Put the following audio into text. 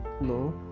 no